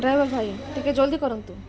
driver ଭାଇ ଟିକେ ଜଲ୍ଦି କରନ୍ତୁ